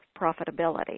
profitability